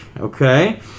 okay